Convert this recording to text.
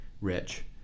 Rich